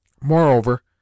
Moreover